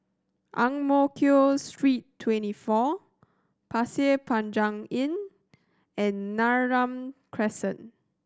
Ang Mo Kio Street Twenty four Pasir Panjang Inn and Neram Crescent